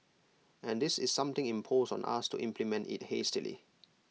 and this is something imposed on us to implement IT hastily